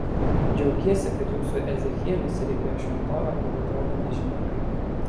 džiaugiesi kad jūsų ezechielis regėjo šventovę kuri atrodo nežinia kaip